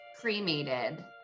cremated